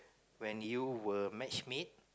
when you were match made